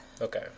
Okay